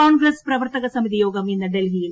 കോൺഗ്രസ് പ്രവർത്ത്കസമിതിയോഗം ഇന്ന് ഡൽഹിയിൽ